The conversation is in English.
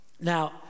Now